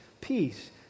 peace